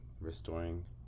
restoring